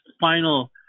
final